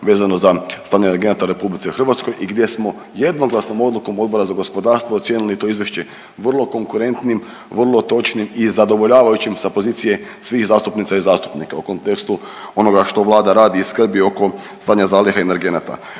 vezano za stanje energenata u Republici Hrvatskoj i gdje smo jednoglasnom odlukom Odbora za gospodarstvo ocijenili to izvješće vrlo konkurentnim, vrlo točnim i zadovoljavajućim sa pozicije svih zastupnica i zastupnika u kontekstu onoga što Vlada radi i skrbi oko stanja zaliha energenata.